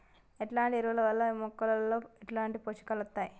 ఎట్లాంటి ఎరువుల వల్ల మొక్కలలో ఎట్లాంటి పోషకాలు వత్తయ్?